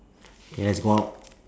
K let's go out